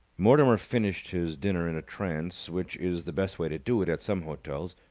mortimer finished his dinner in a trance, which is the best way to do it at some hotels,